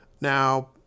Now